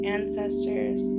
ancestors